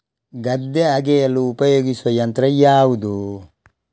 ಗದ್ದೆ ಅಗೆಯಲು ಉಪಯೋಗಿಸುವ ಯಂತ್ರ ಯಾವುದು?